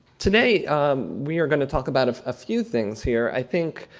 today we are going to talk about a ah few things here. i think